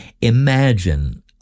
Imagine